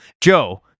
Joe